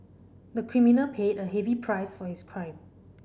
the criminal paid a heavy price for his crime